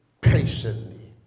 patiently